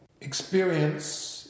experience